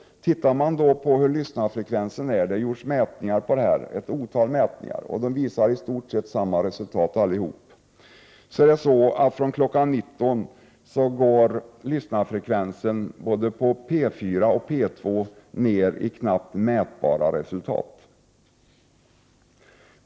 Det har gjorts ett otal mätningar av lyssnarfrekvensen, och alla visar i stort sett samma resultat. Från kl. 19 går lyssnarfrekvensen på både P 4 och P 2 ner till knappt mätbara nivåer.